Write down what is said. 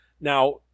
now